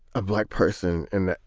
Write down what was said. a black person in that.